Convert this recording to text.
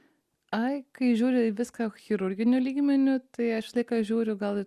ai kai žiūri į viską chirurginiu lygmeniu tai aš visą laiką žiūriu gal